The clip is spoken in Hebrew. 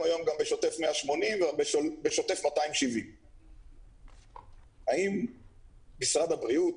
היום גם בשוטף 180 וגם בשוטף 270. האם משרד הבריאות,